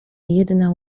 jedna